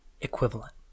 equivalent